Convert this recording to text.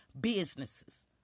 businesses